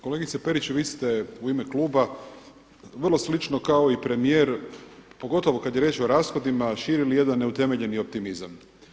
Kolegice Perić, vi ste u ime kluba vrlo slično kao i premijer pogotovo kada je riječ o rashodima širili jedan neutemeljeni optimizam.